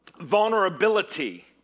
vulnerability